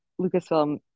Lucasfilm